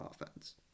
offense